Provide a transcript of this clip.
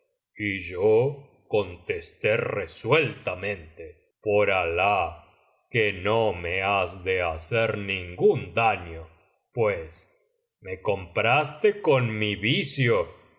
y yo contesté resueltamente por alah que no me has de hacer ningún daño pues me compraste con mi